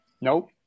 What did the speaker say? Nope